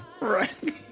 Right